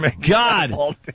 God